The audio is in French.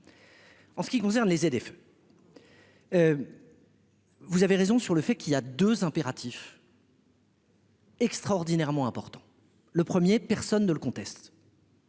En ce qui concerne les et des feux, vous avez raison sur le fait qu'il y a 2 impératifs. Extraordinairement important, le premier, personne ne le conteste.